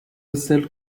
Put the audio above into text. results